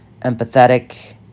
empathetic